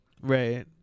Right